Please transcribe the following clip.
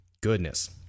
Goodness